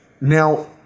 Now